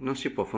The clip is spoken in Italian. non si può